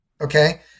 okay